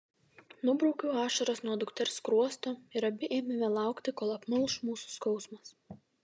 nubraukiau ašaras nuo dukters skruosto ir abi ėmėme laukti kol apmalš mūsų skausmas